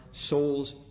souls